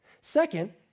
Second